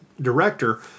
director